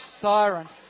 Sirens